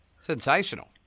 sensational